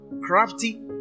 crafty